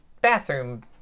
bathroom